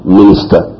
minister